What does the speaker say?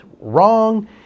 wrong